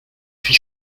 huit